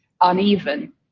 uneven